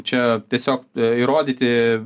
čia tiesiog įrodyti